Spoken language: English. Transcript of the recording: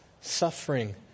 suffering